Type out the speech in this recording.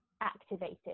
activated